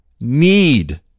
need